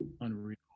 unreal